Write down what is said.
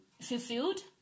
fulfilled